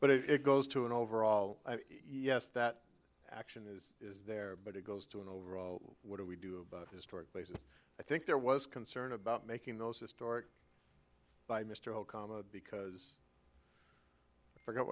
but it goes to an overall yes that action is is there but it goes to an overall what do we do about historic places i think there was concern about making those historic by mr okama because forg